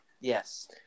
Yes